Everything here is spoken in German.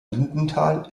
lindenthal